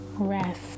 rest